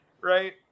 Right